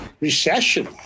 Recession